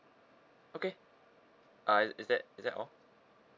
okay uh is that is that all